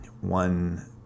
one